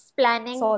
planning